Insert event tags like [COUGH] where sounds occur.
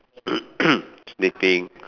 [COUGHS] sniffing